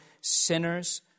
sinners